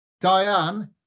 Diane